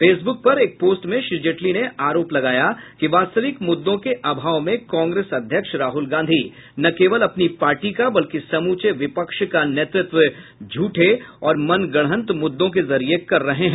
Facebook पर एक post में श्री जेटली ने आरोप लगाया कि वास्तविक मुद्दों के अभाव में कांग्रेस अध्यक्ष राहुल गांधी न केवल अपनी पार्टी का बल्कि समूचे विपक्ष का नेतृत्व झूठे और मनगढ़ंत मुद्दों के जरिए कर रहे हैं